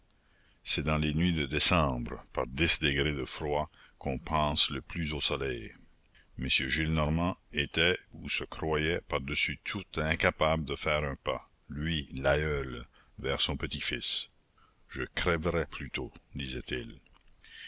c'est dans les nuits de décembre par dix degrés de froid qu'on pense le plus au soleil m gillenormand était ou se croyait par-dessus tout incapable de faire un pas lui l'aïeul vers son petit-fils je crèverais plutôt disait-il